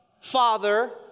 Father